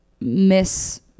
miss